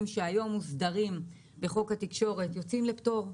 שהיום מאוסדרים בחוק התקשורת ייצאו לפטור,